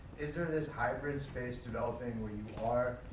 is there this hybrid space developing where you are,